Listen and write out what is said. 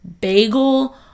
Bagel